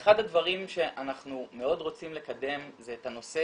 אחד הדברים שאנחנו מאוד רוצים לקדם זה את הנושא